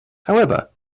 however